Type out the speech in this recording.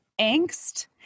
angst